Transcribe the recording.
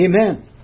Amen